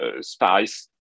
spice